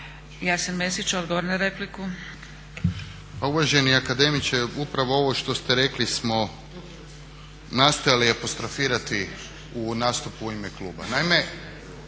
Jasen (HDZ)** Pa uvaženi akademiče, upravo ovo što ste rekli smo nastojali apostrofirati u nastupu u ime kluba.